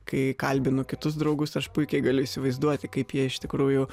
kai kalbinu kitus draugus aš puikiai galiu įsivaizduoti kaip jie iš tikrųjų